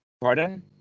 Pardon